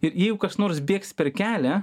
ir jeigu kas nors bėgs per kelią